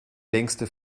längste